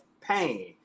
pain